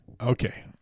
Okay